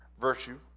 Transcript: virtue